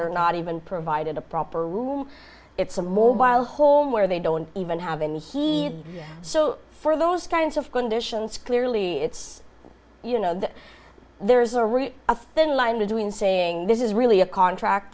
they're not even provided a proper room it's a more while home where they don't even have and he so for those kinds of conditions clearly it's you know that there's a real a thin line between saying this is really a contract